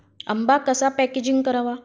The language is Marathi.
आंबा कसा पॅकेजिंग करावा?